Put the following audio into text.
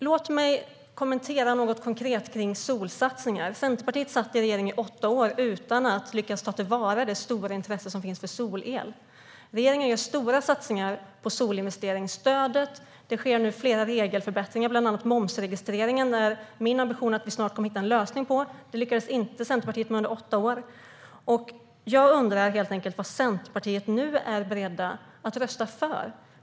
Låt mig kommentera något konkret om solsatsningar. Centerpartiet satt i regeringen i åtta år utan att lyckas ta till vara det stora intresse som finns för solel. Regeringen gör stora satsningar på solinvesteringsstödet. Det sker nu flera regelförbättringar, bland annat när det gäller momsregistreringen. Det är min ambition att vi snart kommer att hitta en lösning för den. Det lyckades inte Centerpartiet med under åtta år. Jag undrar helt enkelt vad Centerpartiet nu är beredda att rösta för.